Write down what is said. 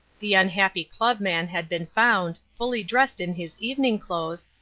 the unhappy club man had been found, fully dressed in his evening clothes,